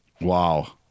wow